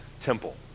temple